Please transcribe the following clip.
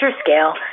scale